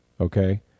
okay